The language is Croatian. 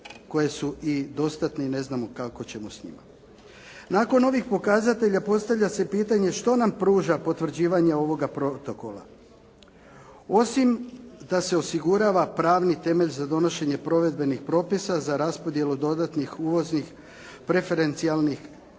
koje su i dostatne i ne znamo kako ćemo s njima. Nakon ovih pokazatelja postavlja se pitanje što nam pruža potvrđivanje ovoga protokola. Osim da se osigurava pravni temelj za donošenje provedbenih propisa za raspodjelu dodatnih uvoznih preferencijalnih